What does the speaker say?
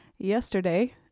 Yesterday